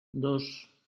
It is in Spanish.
dos